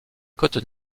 côte